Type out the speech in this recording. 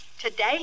Today